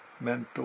mental